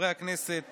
חברי הכנסת